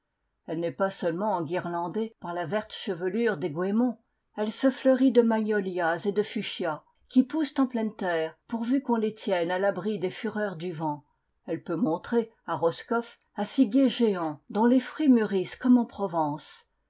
elle n'est pas seulement enguirlandée par la verte chevelure des goémons elle se fleurit de magnolias et de fuchsias qui poussent en pleine terre pourvu qu'on les tienne à l'abri des fureurs du vent elle peut montrer à roscoff un figuier géant dont les fruits mûrissent comme en provence